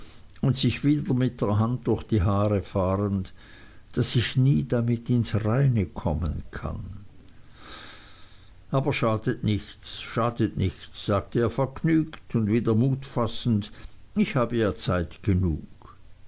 und sich wieder mit der hand durch die haare fahrend daß ich nie damit ins reine kommen kann aber schadet nichts schadet nichts sagte er vergnügt und wieder mut fassend ich habe ja zeit genug